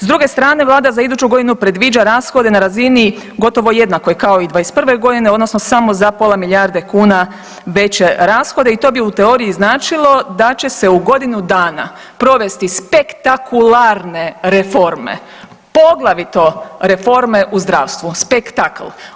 S druge strane Vlada za iduću godinu predviđa rashode na razini gotovo jednakoj kao i 2021. godine, odnosno samo za pola milijarde kuna veće rashode i to bi u teoriji značilo da će se u godinu dana provesti spektakularne reforme poglavito reforme u zdravstvu, spektakl.